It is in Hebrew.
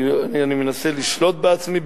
אני מנסה לשלוט בעצמי,